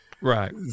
right